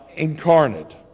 incarnate